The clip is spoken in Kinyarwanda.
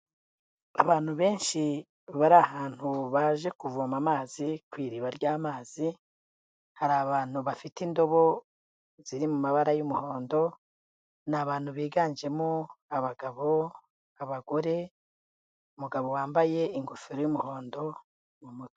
Abantu benshi bari ahantu baje kuvoma amazi ku iriba ry'amazi, hari abantu bafite indobo ziri mu mabara y'umuhondo, ni abantu biganjemo abagabo, abagore umugabo wambaye ingofero y'umuhondo mu mutwe.